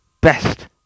best